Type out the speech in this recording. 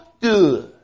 good